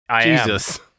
Jesus